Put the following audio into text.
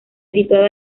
situada